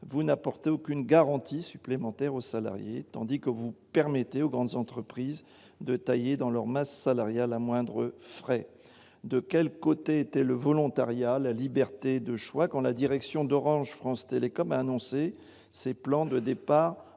vous n'apportez aucune garantie supplémentaire aux salariés tandis que vous permettez aux grandes entreprises de tailler dans leur masse salariale à moindre frais, de quel côté était le volontariat, la liberté de choix quand la direction d'Orange, France Telecom a annoncé ses plans de départs